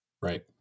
Right